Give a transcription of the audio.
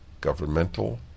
governmental